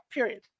Period